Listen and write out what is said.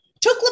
took